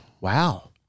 Wow